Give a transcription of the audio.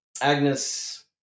Agnes